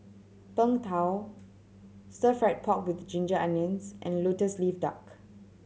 Png Tao Stir Fry pork with ginger onions and Lotus Leaf Duck